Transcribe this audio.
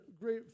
great